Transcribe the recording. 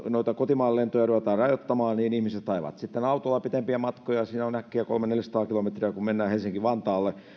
kotimaan lentoja ruvetaan rajoittamaan niin ihmiset ajavat sitten autolla pitempiä matkoja siinä on äkkiä kolmesataa viiva neljäsataa kilometriä kun mennään helsinki vantaalle